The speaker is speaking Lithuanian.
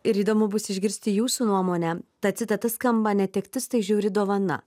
ir įdomu bus išgirsti jūsų nuomonę ta citata skamba netektis tai žiauri dovana